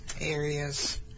areas